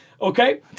Okay